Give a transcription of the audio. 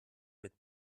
mit